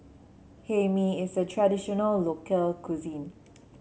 Hae Mee is a traditional local cuisine